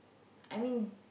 I mean